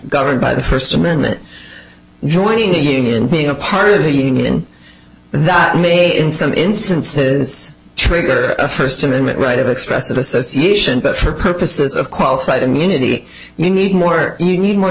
governed by the first amendment joining here and being a part of the union that may in some instances trigger first amendment right of expressive association but for purposes of qualified immunity you need more you need more